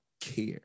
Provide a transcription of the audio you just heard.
care